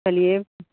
چلیے